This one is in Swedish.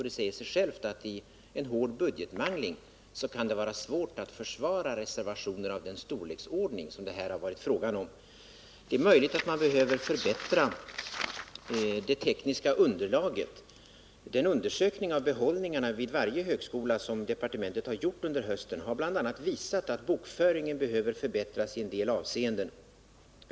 Det säger sig självt att det i en hård budgetmangling kan vara svårt att försvara reservationer av den storleksordning som det här varit fråga om. Det är möjligt att man behöver förbättra det tekniska underlaget. Den undersökning av behållningarna vid varje högskola som departementet har gjort under hösten har bl.a. visat att bokföringen behöver förbättras i en del avseenden.